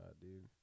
dude